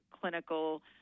clinical